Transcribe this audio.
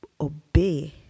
obey